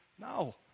No